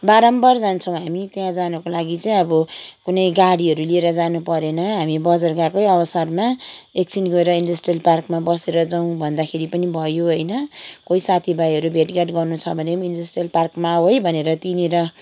बारम्बार जान्छौँ हामी त्यहाँ जानको लागि चाहिँ अब कुनै गाडीहरू लिएर जानु परेन हामी बजार गएकै अवसरमा एकछिन गएर इन्डस्ट्रियल पार्कमा बसेर जाउँ भन्दाखेरि पनि भयो होइन कोही साथीभाइहरू भेटघाट गर्नु छ भने पनि इन्डस्ट्रियल पार्कमा आऊ है भनेर त्यहीँनिर